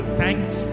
thanks